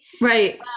Right